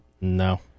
no